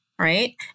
Right